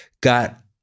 got